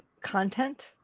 content